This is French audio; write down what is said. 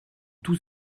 tous